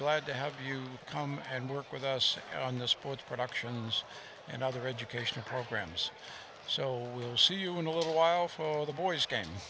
glad to have you come and work with us on the sports productions and other education programs so we'll see you in a little while for the boys game